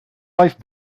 life